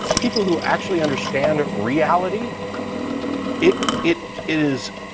people who actually understand reality it it is